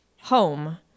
home